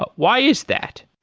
but why is that?